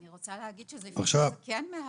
אני רוצה להגיד שזה כן מהווה,